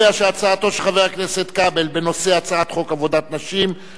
ההצעה להעביר את הצעת חוק עבודת נשים (תיקון,